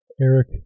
Eric